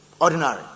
ordinary